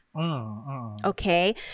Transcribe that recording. Okay